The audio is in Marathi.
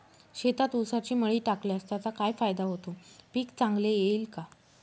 शेतात ऊसाची मळी टाकल्यास त्याचा काय फायदा होतो, पीक चांगले येईल का?